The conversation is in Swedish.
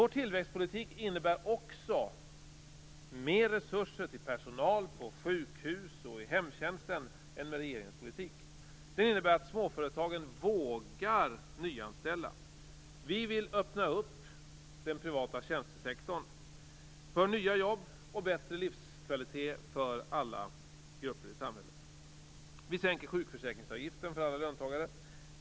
Vår tillväxtpolitik innebär också mer resurser till personal på sjukhus och i hemtjänsten än med regeringens politik. Den innebär att småföretagen vågar nyanställa. Vi vill öppna upp den privata tjänstesektorn för nya jobb och bättre livskvalitet för alla grupper i samhället. Vi sänker sjukförsäkringsavgiften för alla löntagare.